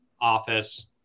office